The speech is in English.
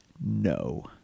no